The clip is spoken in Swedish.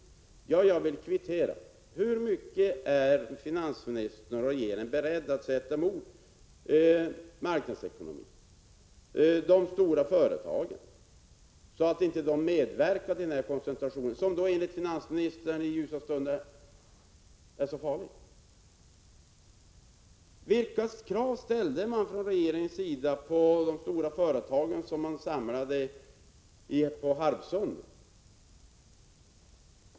Jag vill kvittera: Hur mycket är finansministern och regeringen beredda att sätta emot marknadsekonomin och de stora företagen så att de inte medverkar till koncentrationen, som enligt finansministern i hans ljusa stunder är så farlig? Vilka krav ställde regeringen på de storföretag som man samlade på Harpsund?